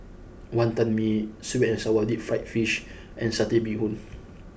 Wonton Mee Sweet and Sour Deep Fried Fish and Satay Bee Hoon